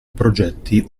progetti